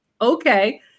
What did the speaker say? okay